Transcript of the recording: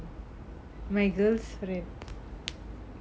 my girls friend